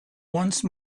once